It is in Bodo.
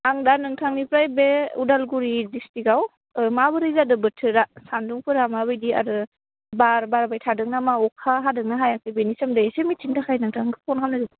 आं दा नोंथांनिफ्राय बे उदालगुरि डिस्ट्रिकआव माबोरै जादो बोथोरा सान्दुं फोरा माबायदि आरो बार बारबाय थादोंनामा अखा हादोंना हायाखै बिनि सोमोन्दै एसे मिथिनो थाखै नोंथांनाव फन खामनाय जादों